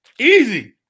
Easy